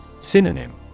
Synonym